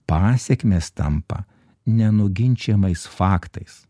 pasekmės tampa nenuginčijamais faktais